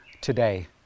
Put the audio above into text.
today